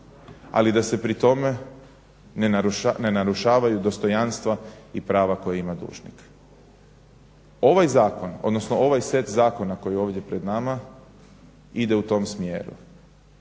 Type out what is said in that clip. ali da se pri tome na narušavaju dostojanstva i prava koja ima dužnik. Ovaj zakon odnosno ovaj set zakona koji je ovdje pred nama ide u tom smjeru.